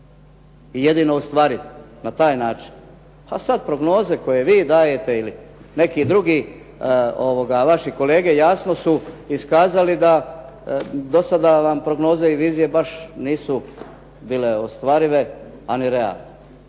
i jedino ostvariv. Na taj način. A sada prognoze koje vi dajete i neki drugi vaši kolege, jasno su iskazali da do sada vam prognoze i vizije baš nisu bile ostvarive a ni realne.